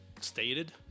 stated